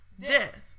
death